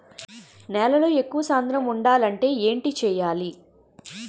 నేలలో ఎక్కువ సాంద్రము వుండాలి అంటే ఏంటి చేయాలి?